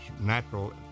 natural